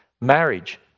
Marriage